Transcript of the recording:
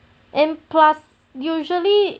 and plus usually